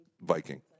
Viking